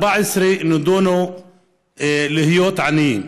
14 נידונו להיות עניים.